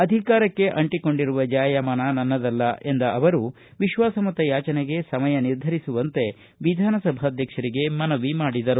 ಅಧಿಕಾರಕ್ಕೆ ಅಂಟಿಕೊಂಡಿರುವ ಜಾಯಮಾನ ನನ್ನದಲ್ಲ ಎಂದ ಅವರು ವಿಶ್ವಾಸ ಮತ ಯಾಚನೆಗೆ ಸಮಯ ನಿರ್ಧರಿಸುವಂತೆ ಕುಮಾರಸ್ವಾಮಿ ವಿಧಾನಸಭಾಧ್ಯಕ್ಷರಿಗೆ ಮನವಿ ಮಾಡಿದರು